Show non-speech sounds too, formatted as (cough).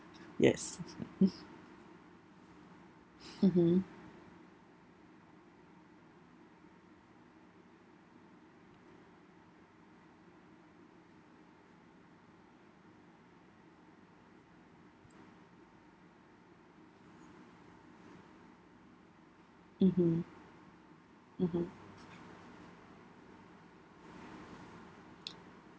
yes (laughs) mmhmm mmhmm mmhmm